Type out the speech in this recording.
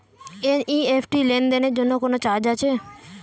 NEFT লেনদেনের জন্য কোন চার্জ আছে?